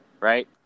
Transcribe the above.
right